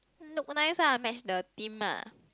organise lah match the theme ah